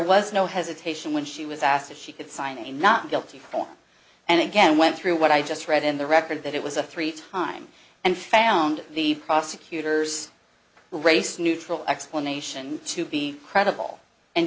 was no hesitation when she was asked if she could sign a not guilty form and again went through what i just read in the record that it was a three time and found the prosecutor's race neutral explanation to be credible and